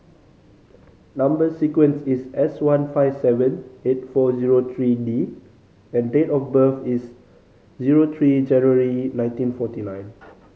number sequence is S one five seven eight four zero three D and date of birth is zero three January nineteen forty nine